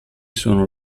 sono